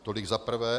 Tolik za prvé.